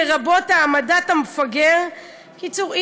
לרבות העמדת המפגר" בקיצור,